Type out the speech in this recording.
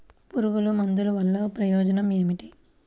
పురుగుల మందుల వల్ల ప్రయోజనం ఏమిటీ?